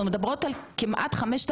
אנחנו מדברות על 5,129,